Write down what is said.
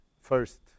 first